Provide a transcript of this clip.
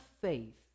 faith